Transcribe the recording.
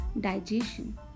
digestion